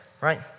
right